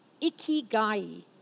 ikigai